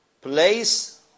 place